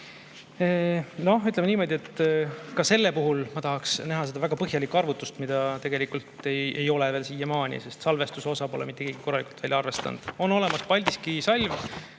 Ütleme niimoodi, et ka selle puhul ma tahaks näha seda väga põhjalikku arvutust, mida tegelikult ei ole veel siiamaani, sest salvestuse osa pole mitte keegi korralikult välja arvestanud. On olemas Paldiski salv,